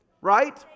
Right